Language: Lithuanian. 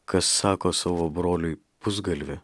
ką sako savo broliui pusgalvi